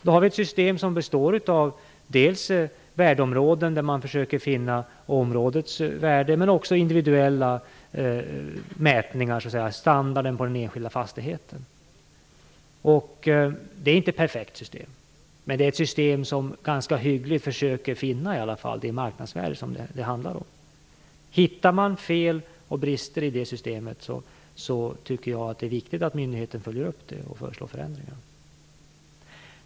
Då har vi ett system som består av dels värdeområden, där man försöker finna områdets värde, dels individuella mätningar, dvs. standarden på den enskilda fastigheten. Det är inte ett perfekt system, men det är ett system som ganska hyggligt försöker finna det marknadsvärde som det handlar om. Om man hittar fel och brister i det systemet, tycker jag att det är viktigt att myndigheten följer upp det och föreslår förändringar.